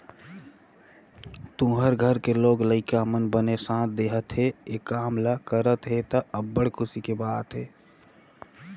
तुँहर घर के लोग लइका मन बने साथ देहत हे, ए काम ल करत हे त, अब्बड़ खुसी के बात हे